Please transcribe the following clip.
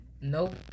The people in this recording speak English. Nope